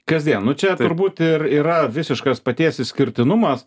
kasdien nu čia turbūt ir yra visiškas paties išskirtinumas